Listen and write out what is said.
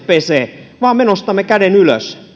pese vaan me nostamme käden ylös